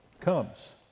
comes